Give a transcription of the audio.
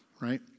right